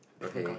okay